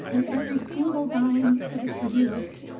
and every single time that is produced,